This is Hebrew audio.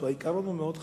העיקרון הוא מאוד חשוב,